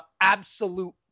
absolute